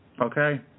Okay